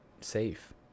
safe